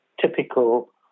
typical